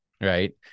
right